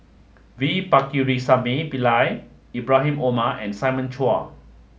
V Pakirisamy Pillai Ibrahim Omar and Simon Chua